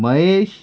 Mahesh